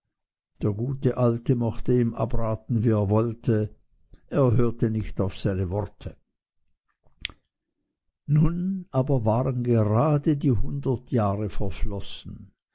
der gute alte mochte ihm abraten wie er wollte er hörte nicht auf seine worte nun waren aber gerade die hundert jahre verflossen